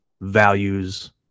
values